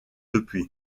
depuis